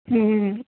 ਹਮ